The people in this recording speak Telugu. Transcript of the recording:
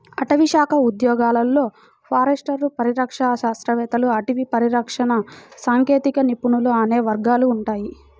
అటవీశాఖ ఉద్యోగాలలో ఫారెస్టర్లు, పరిరక్షణ శాస్త్రవేత్తలు, అటవీ పరిరక్షణ సాంకేతిక నిపుణులు అనే వర్గాలు ఉంటాయి